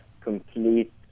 complete